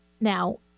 now